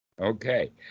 Okay